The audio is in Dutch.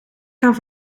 gaan